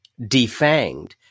defanged